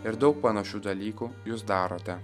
ir daug panašių dalykų jūs darote